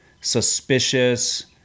suspicious